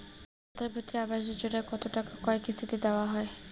প্রধানমন্ত্রী আবাস যোজনার টাকা কয় কিস্তিতে দেওয়া হয়?